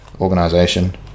organization